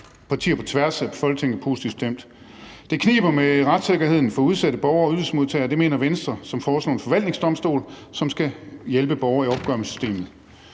Partier på tværs af Folketinget er positivt stemt ...«. »Det kniber med retssikkerheden for udsatte borgere og ydelsesmodtagere. Det mener Venstre, som foreslår en forvaltningsdomstol, som skal hjælpe borgere i opgør med systemet.«